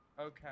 Okay